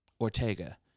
Ortega